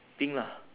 pink lah